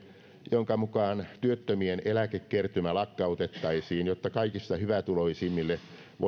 jonka mukaan työttömien eläkekertymä lakkautettaisiin jotta kaikista hyvätuloisimmille